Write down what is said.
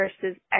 versus